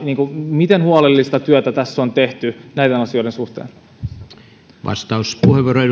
miten huolellista työtä tässä on tehty näiden asioiden suhteen